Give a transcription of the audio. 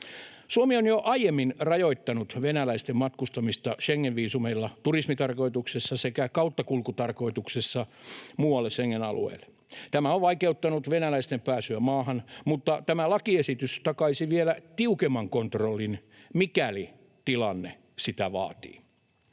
Suomi on jo aiemmin rajoittanut venäläisten matkustamista Schengen-viisumeilla turismitarkoituksessa sekä kauttakulkutarkoituksessa muualle Schengen-alueelle. Tämä on vaikeuttanut venäläisten pääsyä maahan, mutta tämä lakiesitys takaisi vielä tiukemman kontrollin, mikäli tilanne sitä vaatii.